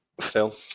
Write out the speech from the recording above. Phil